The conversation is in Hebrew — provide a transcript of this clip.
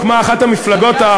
אבקש התנצלות,